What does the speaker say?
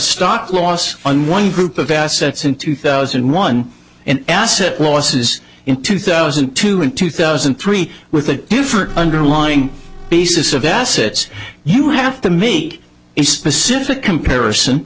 stock loss on one group of assets in two thousand one in asset losses in two thousand and two and two thousand and three with a different underlying basis of assets you have to meet a specific comparison